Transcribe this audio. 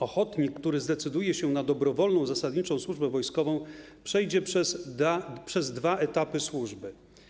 Ochotnik, który zdecyduje się na dobrowolną zasadniczą służbę wojskową, przejdzie przez dwa etapy służby.